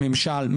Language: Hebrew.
ממשל,